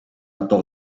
адуу